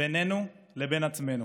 בינינו לבין עצמנו,